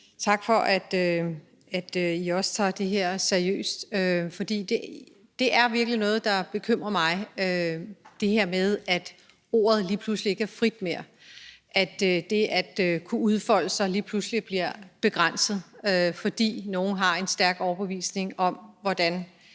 tak for, at I også tager det her seriøst, for det er virkelig noget, der bekymrer mig – det her med, at ordet lige pludselig ikke er frit mere; at det at kunne udfolde sig lige pludselig bliver begrænset, fordi nogle har en stærk overbevisning om, hvordan